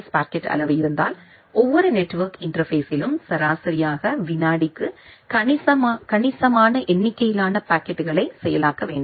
s packet அளவு இருந்தால் ஒவ்வொரு நெட்வொர்க் இன்டர்பேஸ்ஸிலும் சராசரியாக வினாடிக்கு கணிசமான எண்ணிக்கையிலான பாக்கெட்டுகளை செயலாக்க வேண்டும்